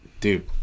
dude